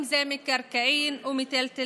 אם זה מקרקעין או מיטלטלין,